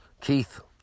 Keith